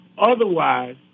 Otherwise